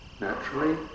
naturally